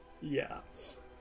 Yes